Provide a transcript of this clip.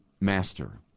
master